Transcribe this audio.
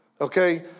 Okay